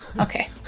Okay